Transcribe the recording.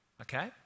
Okay